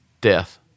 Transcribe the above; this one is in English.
death